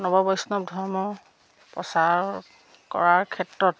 নৱ বৈষ্ণৱ ধৰ্ম প্ৰচাৰ কৰাৰ ক্ষেত্ৰত